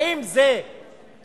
האם זה ניסיון